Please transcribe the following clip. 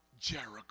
Jericho